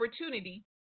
opportunity